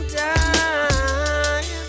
time